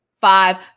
five